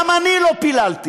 גם אני לא פיללתי